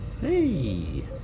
Hey